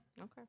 Okay